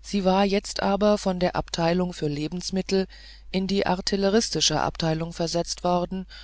sie war jetzt aber von der abteilung für lebensmittel in die artilleristische abteilung versetzt worden